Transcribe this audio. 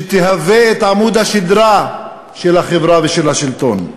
שתהווה את עמוד השדרה של החברה ושל השלטון.